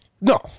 No